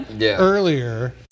earlier